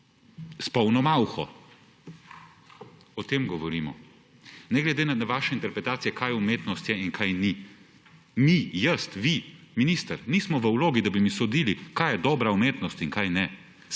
s polno malho. O tem govorimo. Ne glede na vaše interpretacije, kaj umetnost je in kaj ni, mi, jaz, vi, minister, nismo v vlogi, da bi mi sodili, kaj je dobra umetnost in kaj ne.